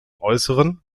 äußeren